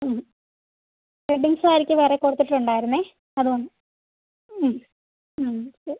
ഉം വെഡ്ഡിംഗ് സാരിക്ക് വേറെ കൊടുത്തിട്ടുണ്ടായിരുന്നേ അതും ഉം ഉം ഉം